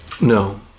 No